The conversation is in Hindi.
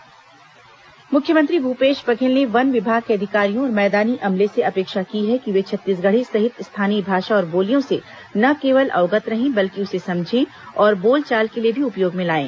मुख्यमंत्री निर्देश मुख्यमंत्री भूपेश बघेल ने वन विभाग के अधिकारियों और मैदानी अमले से अपेक्षा की है कि वे छत्तीसगढ़ी सहित स्थानीय भाषा और बोलियों से न केवल अवगत रहें बल्कि उसे समझें और बोलचाल के लिए भी उपयोग में लाएं